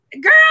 Girl